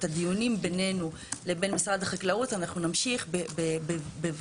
את הדיונים בינינו לבין משרד החקלאות אנחנו נמשיך בוועדה.